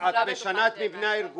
אם ירצו לעבור לשוק הייצוא הם יצטרכו לעבור